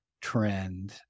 trend